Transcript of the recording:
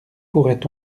pourrait